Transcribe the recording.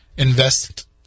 invest